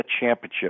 championship